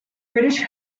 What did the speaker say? british